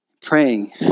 Praying